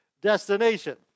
destination